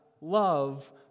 love